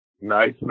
Nice